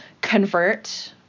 convert